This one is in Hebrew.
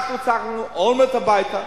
אנחנו צעקנו: אולמרט הביתה.